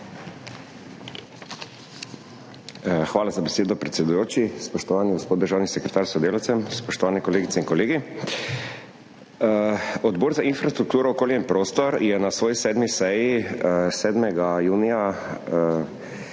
Hvala za besedo, predsedujoči. Spoštovani gospod državni sekretar s sodelavcem, spoštovane kolegice in kolegi! Odbor za infrastrukturo, okolje in prostor je na svoji 7. seji 7. junija